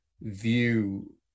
view